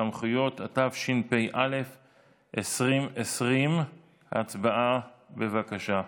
(סמכויות), התשפ"א 2020. הצבעה, בבקשה.